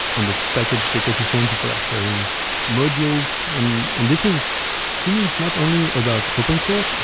on the package ecosystem, people are sharing modules, and and this is to me, it's not only about open source.